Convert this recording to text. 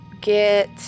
get